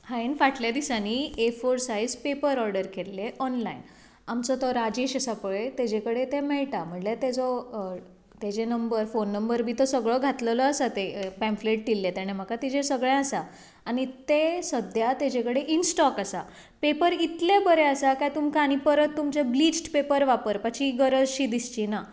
हांवें फाटल्यां दिसांनी A four size paper order केल्ले ऑनलायन आमचो तो राजेश आसा पळय ताजे कडेन ते मेळटा म्हणल्यार ताजेर फोन नंबर बी तो सगलो घातिल्लो आसा पेम्फलेट दिल्ले ताजेर ते सगले आसा आनी ते सद्या ताजे कडेन इन स्टोक आसा पेपर इतले बरें आसा काय तुमकां आनी परत तुमचें ब्लिच्ड पेपर वापरपाची गरजशीं दिसचीना